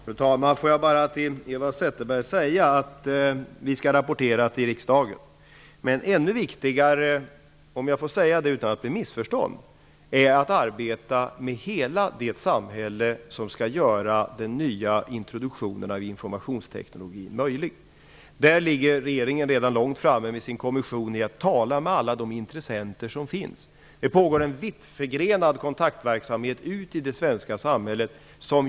Fru talman! Låt mig bara säga till Eva Zetterberg att vi skall rapportera till riksdagen. Men det är ännu viktigare att arbeta med hela det samhälle som skall göra den nya introduktionen av informationsteknologin möjlig. Jag hoppas att jag kan säga det utan att bli missförstådd. Där ligger regeringen redan långt framme genom sin kommission. Man talar med alla de intressenter som finns. Det pågår en vittförgrenad kontaktverksamhet ut i det svenska samhället.